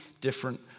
different